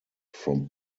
from